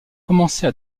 commencer